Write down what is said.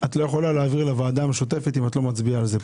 את לא יכולה להעביר לוועדה המשותפת אם את לא מצביעה על זה,